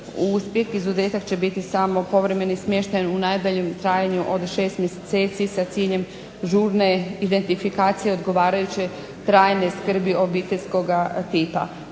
uspjeh. Izuzetak će biti samo povremeni smještaj u najduljem trajanju od šest mjeseci sa ciljem žurne identifikacije odgovarajuće trajne skrbi obiteljskoga tipa.